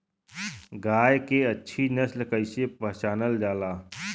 गाय के अच्छी नस्ल कइसे पहचानल जाला?